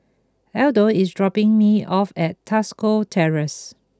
Adolf is dropping me off at Tosca Terrace